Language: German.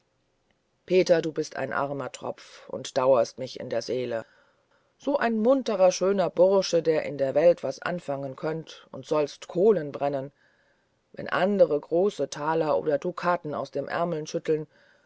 peter du bist ein armer tropf und dauerst mich in der seele so ein munterer schöner bursche der in der welt was anfangen könnte und sollst kohlen brennen wenn andere große taler oder dukaten aus dem ärmel schütteln